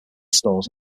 stores